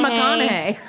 McConaughey